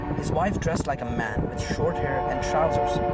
his wife dressed like a man with short hair and trousers.